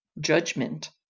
judgment